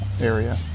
area